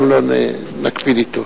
לא נקפיד אתו.